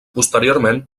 posteriorment